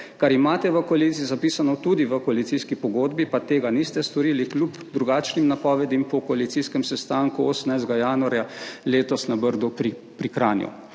kar imate v koaliciji zapisano tudi v koalicijski pogodbi, pa tega niste storili kljub drugačnim napovedim po koalicijskem sestanku 18. januarja letos na Brdu pri, pri Kranju.